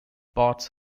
parts